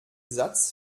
satz